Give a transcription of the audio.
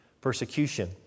persecution